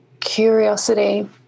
curiosity